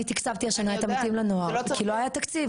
אני תקצבתי השנה את "עמיתים לנוער" כי לא היה תקציב.